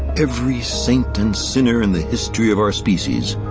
every saint and sinner in the history of our species.